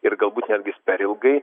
ir galbūt netgi per ilgai